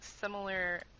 similar